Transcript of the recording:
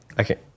okay